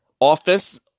Offense